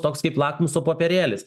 toks kaip lakmuso popierėlis